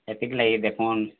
ହେଥିର୍ ଲାଗି ଦେଖୁନ୍